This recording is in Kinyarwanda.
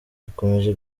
bikomeje